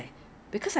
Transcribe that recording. I don't know how